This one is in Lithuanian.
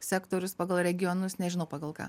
sektorius pagal regionus nežinau pagal ką